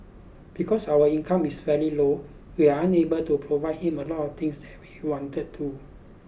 because our income is very low we are unable to provide him a lot of things that we wanted to